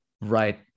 Right